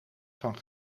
van